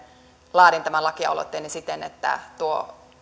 laadin tämän lakialoitteeni siten että tuo